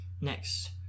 Next